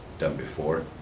than before.